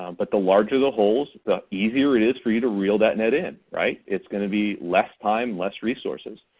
um but the larger the holes the easier it is for you to reel that net in, right? it's gonna be less time, less resources.